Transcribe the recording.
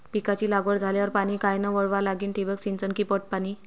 पिकाची लागवड झाल्यावर पाणी कायनं वळवा लागीन? ठिबक सिंचन की पट पाणी?